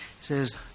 says